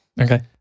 Okay